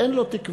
זה אין לו תקווה,